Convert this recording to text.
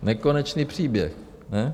Nekonečný příběh, ne?